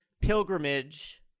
pilgrimage